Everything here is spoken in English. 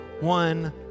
one